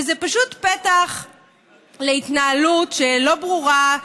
וזה פשוט פתח להתנהלות לא ברורה,